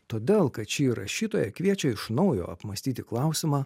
todėl kad šį rašytoja kviečia iš naujo apmąstyti klausimą